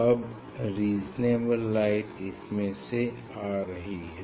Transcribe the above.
अब reasonable light इसमें से आ रही है